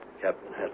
Captain